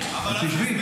ישראל.